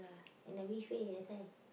and a which way that's why